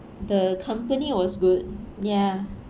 the company was good ya